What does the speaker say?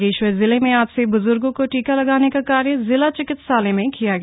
बागेश्वर जिले में आज से ब्ज्र्गों को टीका लगाने का कार्य जिला चिकित्सालय में किया गया